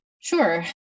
Sure